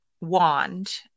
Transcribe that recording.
wand